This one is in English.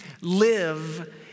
live